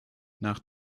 nach